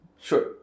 Sure